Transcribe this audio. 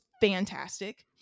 fantastic